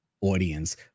audience